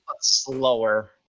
Slower